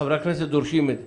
חברי הכנסת דורשים את זה.